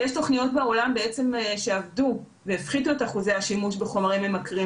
יש תוכניות בעולם שעבדו והפחיתו את אחוזי השימוש בחומרים ממכרים.